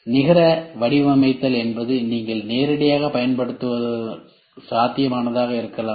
நிகர வடிவமைத்தல் என்பது நீங்கள் நேரடியாகப் பயன்படுத்துவது சாத்தியமானதாக இருக்கலாம்